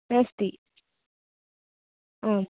अस्ति आम्